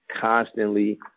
constantly